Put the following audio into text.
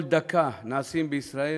כל דקה נעשים בישראל